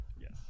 Yes